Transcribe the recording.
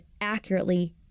accurately